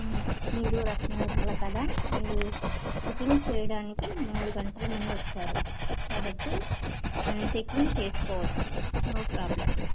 మీరు రత్న నిర్మల కదా మీరు చెక్ఇన్ చేయడానికి మూడు గంటలు ముందు వచ్చారు కాబట్టి చెక్ఇన్ చేసుకోవచ్చు నో ప్రాబ్లం